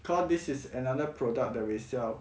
cause this is another product that we sell